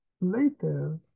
later